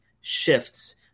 shifts